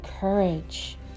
courage